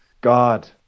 God